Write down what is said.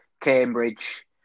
Cambridge